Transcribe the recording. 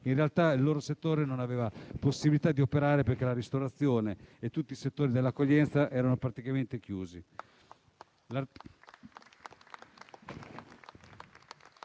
ma il loro settore non aveva possibilità di operare, perché la ristorazione e tutti i settori dell'accoglienza erano praticamente chiusi.